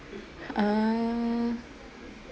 uh